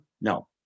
No